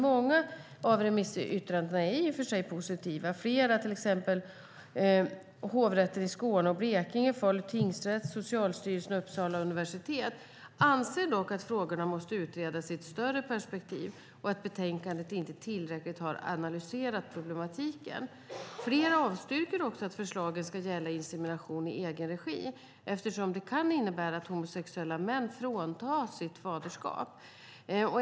Många av remissyttrandena är positiva. Flera, till exempel Hovrätten över Skåne och Blekinge, Falu tingsrätt, Socialstyrelsen och Uppsala universitet anser dock att frågorna måste utredas i ett större perspektiv och att betänkandet inte tillräckligt har analyserat problematiken. Flera avstyrker också att förslagen ska gälla insemination i egen regi eftersom det kan innebära att homosexuella män fråntas sitt faderskap.